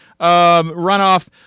runoff